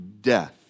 death